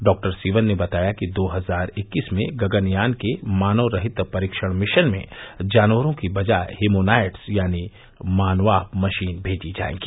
डॉ सिवन ने बताया कि दो हजार इक्कीस में गगनयान के मानवरहित परीक्षण मिशन में जानवरों की बजाय हिमोनॉयड्स यानी मानवाभ मशीन भेजी जाएगी